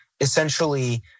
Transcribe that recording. Essentially